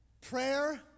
Prayer